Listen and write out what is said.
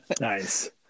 Nice